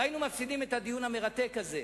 והיינו מפסידים את הדיון המרתק הזה.